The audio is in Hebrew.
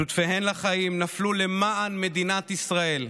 שותפיהם לחיים נפלו למען מדינת ישראל,